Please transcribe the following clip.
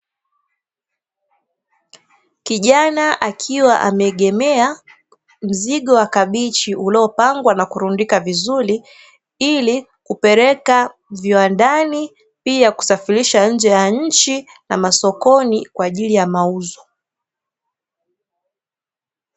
Kijana akiwa ameegemea mzigo wa kabichi uliopangwa na kurundikwa vizuri, ili kupeleka viwandani, pia kusafilisha nje ya nchi na masokoni kwa ajili ya mauzo.